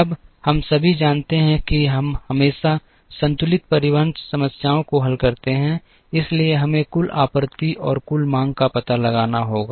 अब हम सभी जानते हैं कि हम हमेशा संतुलित परिवहन समस्याओं को हल करते हैं इसलिए हमें कुल आपूर्ति और कुल मांग का पता लगाना होगा